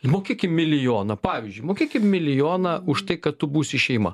mokėkim milijoną pavyzdžiui mokėkim milijoną už tai kad tu būsi šeima